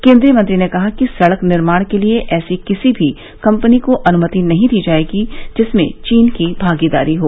केन्द्रीय मंत्री ने कहा कि सड़क निर्माण के लिए ऐसी किसी भी कंपनी को अनुमति नहीं दी जायेगी जिसमें चीन की भागीदारी हो